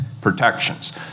protections